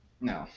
No